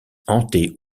hantée